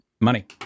money